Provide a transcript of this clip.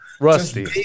rusty